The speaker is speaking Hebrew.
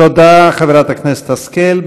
תודה, חברת הכנסת השכל.